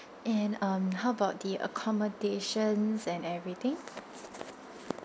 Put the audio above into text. and um how about the accommodations and everything